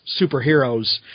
superheroes